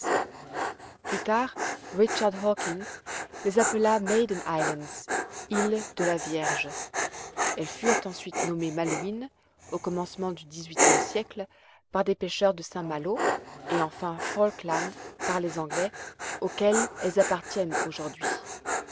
plus tard richard hawkins les appela maiden islands îles de la vierge elles furent ensuite nommées malouines au commencement du dix-huitième siècle par des pêcheurs de saint-malo et enfin falkland par les anglais auxquels elles appartiennent aujourd'hui